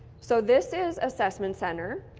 so this is assessment center.